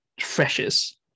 freshest